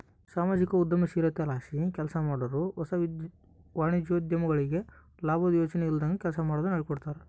ಸಾಮಾಜಿಕ ಉದ್ಯಮಶೀಲತೆಲಾಸಿ ಕೆಲ್ಸಮಾಡಾರು ಹೊಸ ವಾಣಿಜ್ಯೋದ್ಯಮಿಗಳಿಗೆ ಲಾಬುದ್ ಯೋಚನೆ ಇಲ್ದಂಗ ಕೆಲ್ಸ ಮಾಡೋದುನ್ನ ಹೇಳ್ಕೊಡ್ತಾರ